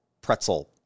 pretzel